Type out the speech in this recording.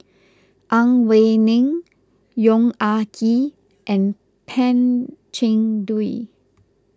Ang Wei Neng Yong Ah Kee and Pan Cheng Lui